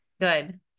Good